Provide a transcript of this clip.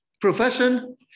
profession